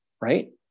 right